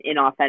inauthentic